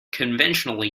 conventionally